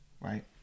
right